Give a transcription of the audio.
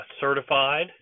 certified